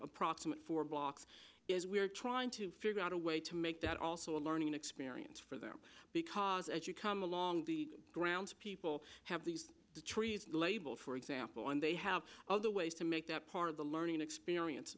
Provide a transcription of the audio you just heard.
approximate four blocks is we're trying to figure out a way to make that also a learning experience for them because as you come along the grounds people have these trees labeled for example and they have other ways to make that part of the learning experience